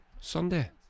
Sunday